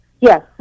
Yes